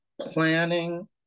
planning